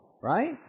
Right